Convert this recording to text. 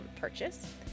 purchase